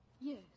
Yes